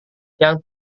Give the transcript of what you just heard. yang